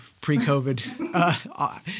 Pre-COVID